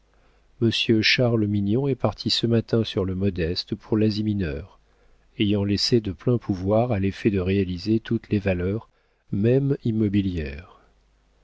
charles mignon est parti ce matin sur le modeste pour lasie mineure ayant laissé de pleins pouvoirs à l'effet de réaliser toutes les valeurs même immobilières